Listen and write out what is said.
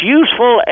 useful